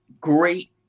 great